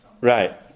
right